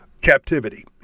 captivity